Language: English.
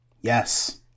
Yes